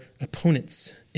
opponents